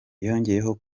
yongeyeho